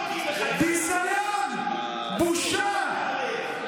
ביזיון, בושה.